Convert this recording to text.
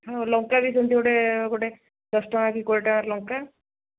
ହଉ ଲଙ୍କା ବି ସେମିତି ଗୋଟେ ଗୋଟେ ଦଶ ଟଙ୍କା କି କୋଡ଼ିଏ ଟଙ୍କାର ଲଙ୍କା